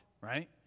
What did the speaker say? right